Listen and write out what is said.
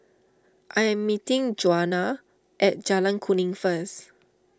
I am meeting Djuana at Jalan Kuning first